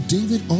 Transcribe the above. David